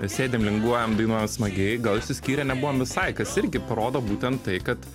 sėdim linguojam dainuojam smagiai gal išsiskyrę nebuvom visai kas irgi parodo būtent tai kad